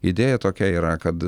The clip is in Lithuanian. idėja tokia yra kad